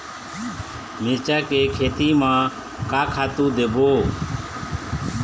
मिरचा के खेती म का खातू देबो?